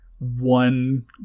One